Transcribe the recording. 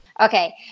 okay